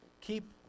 keep